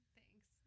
Thanks